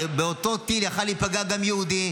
באותו טיל יכול היה להיפגע גם יהודי,